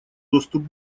доступ